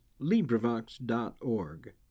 LibriVox.org